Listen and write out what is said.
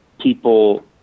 people